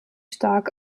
stark